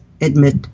admit